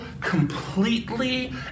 completely